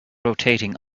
rotating